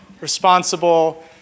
responsible